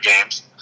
games